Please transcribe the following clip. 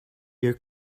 your